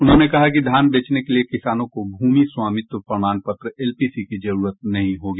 उन्होंने कहा कि धान बेचने के लिए किसानों को भूमि स्वामित्व प्रमाण पत्र एलपीसी की जरूरत नहीं होगी